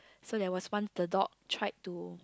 so there was one the dog tried to